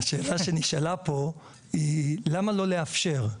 השאלה שנשאלה פה היא למה לא לאפשר?